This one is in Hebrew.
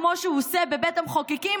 כמו שהוא עושה בבית המחוקקים,